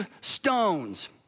stones